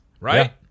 right